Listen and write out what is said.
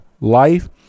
life